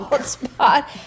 spot